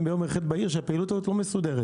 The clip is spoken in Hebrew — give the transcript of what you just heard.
יום בהיר אחד שהפעילות הזאת לא מסודרת,